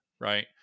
right